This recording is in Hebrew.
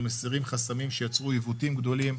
מסירים חסמים שיוצרים עיוותים גדולים.